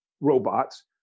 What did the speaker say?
robots